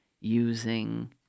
using